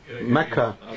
Mecca